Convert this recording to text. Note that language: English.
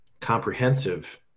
comprehensive